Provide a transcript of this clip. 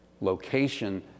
Location